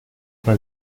con